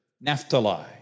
Naphtali